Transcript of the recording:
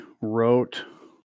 wrote